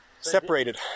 separated